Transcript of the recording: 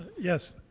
yes,